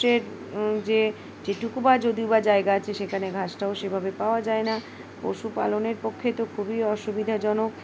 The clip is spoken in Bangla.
এর যে যেটুকু বা যদিও বাা জায়গা আছে সেখানে ঘাসটাও সেভাবে পাওয়া যায় না পশুপালনের পক্ষে তো খুবই অসুবিধাজনক